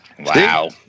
Wow